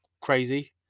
crazy